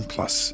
Plus